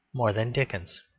more than dickens.